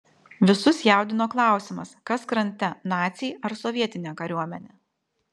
visus jaudino klausimas kas krante naciai ar sovietinė kariuomenė